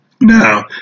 Now